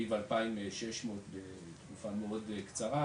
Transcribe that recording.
לסביב ה-2,600 בתקופה מאוד קצרה,